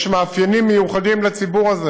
יש מאפיינים מיוחדים לציבור הזה.